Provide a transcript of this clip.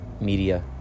media